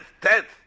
tenth